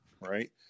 Right